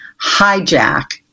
hijack